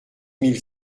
mille